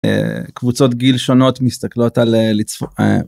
אה... קבוצות גיל שונות מסתכלות על אה...